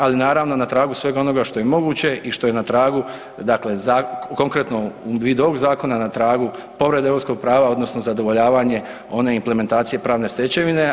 Ali na naravno na tragu svega onoga što je moguće i što je na tragu dakle konkretno u vidu ovoga zakona na tragu povrede europskog prava odnosno zadovoljavanje one implementacije pravne stečevine.